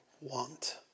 want